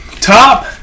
Top